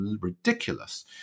ridiculous